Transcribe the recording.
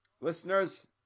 Listeners